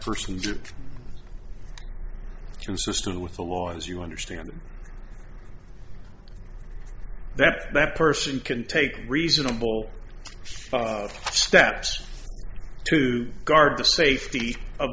just consistent with the laws you understanding that that person can take reasonable steps to guard the safety of